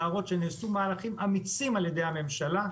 להראות שנעשו מהלכים אמיצים על ידי הממשלה,